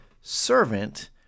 servant